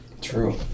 True